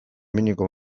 minimo